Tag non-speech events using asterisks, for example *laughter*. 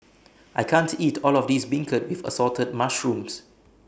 *noise* I can't eat All of This Beancurd with Assorted Mushrooms